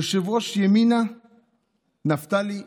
יושב-ראש ימינה נפתלי בנט.